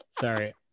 sorry